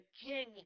king